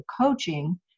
coaching